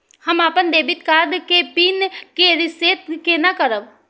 हम अपन debit card के पिन के रीसेट केना करब?